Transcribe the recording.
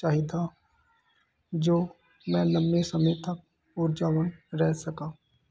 ਚਾਹੀਦਾ ਜੋ ਮੈਂ ਲੰਬੇ ਸਮੇਂ ਤੱਕ ਹੋਰ ਜਾਵਾਂ ਰਹਿ ਸਕਾਂ